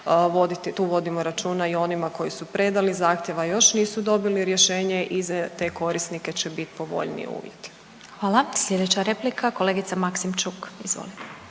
tu vodimo računa i o onima koji su predali zahtjev, a još nisu dobili rješenje i za te korisnike će biti povoljniji uvjeti. **Glasovac, Sabina (SDP)** Hvala. Slijedeća replika, kolegica Maksimčuk. Izvolite.